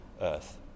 earth